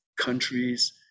countries